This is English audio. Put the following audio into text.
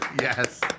Yes